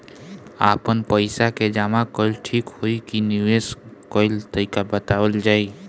आपन पइसा के जमा कइल ठीक होई की निवेस कइल तइका बतावल जाई?